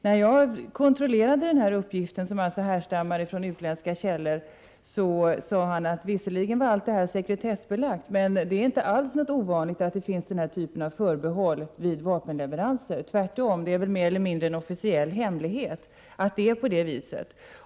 När jag kontrollerade den här uppgiften, som alltså härstammar från utländska källor, sade tjänstemannen att visserligen var allt detta sekretessbelagt, men det är inte alls ovanligt att man har den här typen av förbehåll vid vapenleveranser — tvärtom, det är mer eller mindre en officiell hemlighet att det är på det viset.